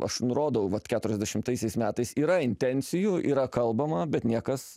aš nurodau vat keturiasdešimtaisiais metais yra intencijų yra kalbama bet niekas